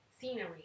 scenery